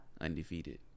Undefeated